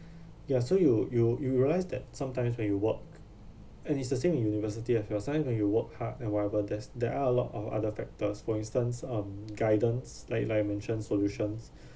ya so you you you realise that sometimes when you work and it's the same with university I feel sometimes when you work hard and whatever there's there are a lot of other factors for instance um guidance like like I mention solutions